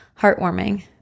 heartwarming